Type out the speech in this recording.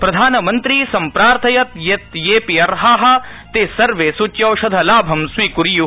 प्रधानमन्त्री सम्प्रार्थयत् यत् येऽपि अर्हा ते सर्वे सूच्यौषधलाभं स्वीकुर्वन्तु